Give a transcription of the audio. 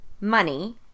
money